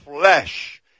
flesh